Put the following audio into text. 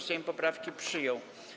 Sejm poprawki przyjął.